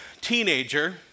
teenager